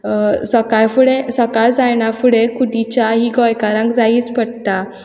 सकाळ फुडें सकाळ जायना फुडें खुटी च्या ही गोंयकारांक जायीच पडटा